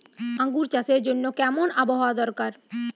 আঙ্গুর চাষের জন্য কেমন আবহাওয়া দরকার?